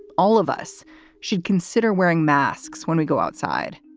all of us should consider wearing masks when we go outside